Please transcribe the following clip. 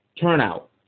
turnout